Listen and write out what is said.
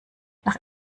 nach